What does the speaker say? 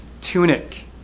tunic